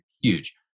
huge